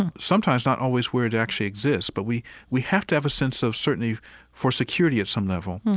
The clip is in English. and sometimes not always where it actually exists, but we we have to have a sense of certainty for security of some level.